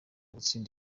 gutsinda